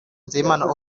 nzeyimana